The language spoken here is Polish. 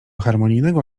harmonijnego